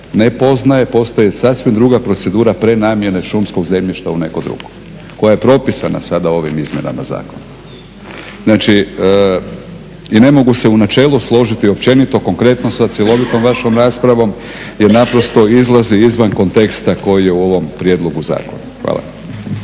ne poznaje, postoji sasvim druga procedura prenamjene šumskog zemljišta u neko drugo koja je propisana sada ovim izmjenama zakona. Znači, ne mogu se u načelu složiti općenito konkretno sa cjelovitom vašom raspravom jer naprosto izlazi izvan konteksta koji je u ovom prijedlogu zakona. Hvala.